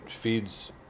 feeds